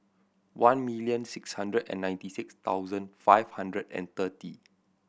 one million six hundred and ninety six thousand five hundred and thirty